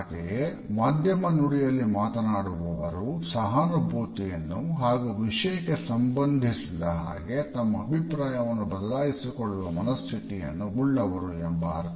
ಹಾಗೆಯೇ ಮಾಧ್ಯಮ ನುಡಿಯಲ್ಲಿ ಮಾತನಾಡುವವರು ಸಹಾನುಭೂತಿಯನ್ನು ಹಾಗು ವಿಷಯಕ್ಕೆ ಸಂಬಂಧಿಸಿದ ಹಾಗೆ ತಮ್ಮ ಅಭಿಪ್ರಾಯವನ್ನು ಬದಲಾಯಿಸಿಕೊಳ್ಳುವ ಮನಸ್ಥಿತಿಯನ್ನು ಉಳ್ಳವರು ಎಂಬ ಅರ್ಥ ಬರುತ್ತದೆ